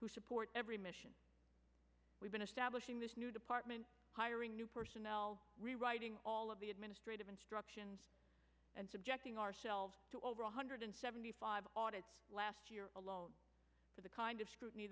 who support every mission we've been establishing this new department hiring new personnel rewriting all of the administrative instructions and subjecting ourselves to over one hundred seventy five audits last year alone for the kind of scrutiny